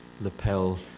lapel